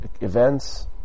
events